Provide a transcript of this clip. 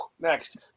Next